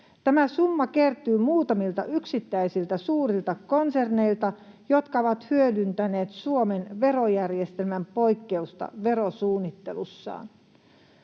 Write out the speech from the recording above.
Tämä summa kertyy muutamilta yksittäisiltä suurilta konserneilta, jotka ovat hyödyntäneet Suomen verojärjestelmän poikkeusta verosuunnittelussaan.